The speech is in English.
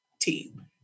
team